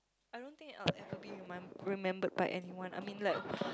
I don't think I'll ever be remem~ remembered by anyone I mean like